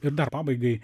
ir dar pabaigai